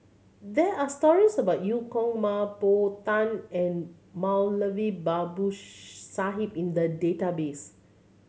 there are stories about Eu Kong Mah Bow Tan and Moulavi Babu Sahib in the database